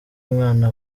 umwana